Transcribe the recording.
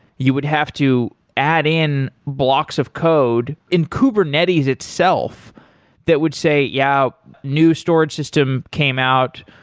you would have to add in blocks of code in kubernetes itself that would say, yeah, new storage system came out,